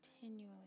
continually